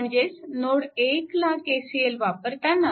म्हणजेच नोड 1 ला KCL वापरताना